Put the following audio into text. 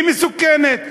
היא מסוכנת.